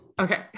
Okay